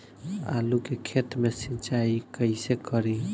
आलू के खेत मे सिचाई कइसे करीं?